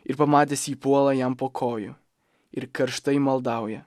ir pamatęs jį puola jam po kojų ir karštai maldauja